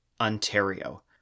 Ontario